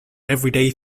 everyday